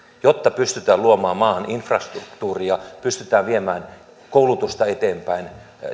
jotta pystytään luomaan maahan infrastruktuuria pystytään viemään koulutusta eteenpäin